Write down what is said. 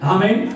Amen